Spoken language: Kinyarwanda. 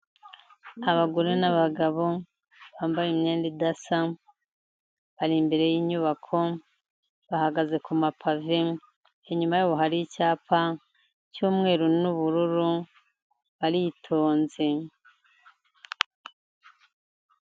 Abagore n'abagabo bambaye imyenda idasa, bari imbere y'inyubako bahagaze ku mapave inyuma yabo hari icyapa cy'umweru n'ubururu baritonze